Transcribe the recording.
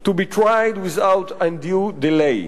To be tried without undue delay.